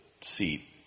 seat